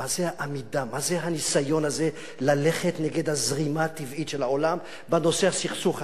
מה זה הניסיון הזה ללכת נגד הזרימה הטבעית של העולם בנושא הסכסוך הזה,